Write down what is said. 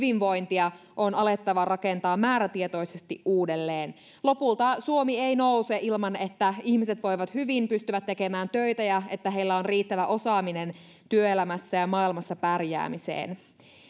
hyvinvointia on alettava rakentaa määrätietoisesti uudelleen lopulta suomi ei nouse ilman että ihmiset voivat hyvin pystyvät tekemään töitä ja että heillä on riittävä osaaminen työelämässä ja maailmassa pärjäämiseen